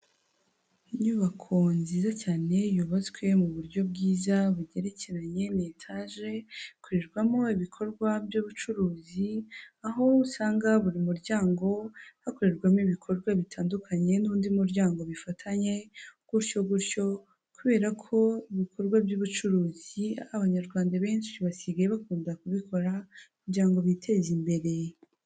Inyubako nziza cyane yubatswe mu buryo bwiza bugerekeranye ni etaje ikorerwamo ibikorwa by'ubucuruzi, aho usanga buri muryango hakorerwamo ibikorwa bitandukanye n'undi muryango bifatanye gutyo gutyo kubera ko ibikorwa by'ubucuruzi abanyarwanda benshi basigaye bakunda kubikora kugira ngo biteze imbere.